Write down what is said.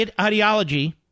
ideology